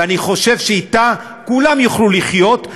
ואני חושב שאתה כולם יוכלו לחיות,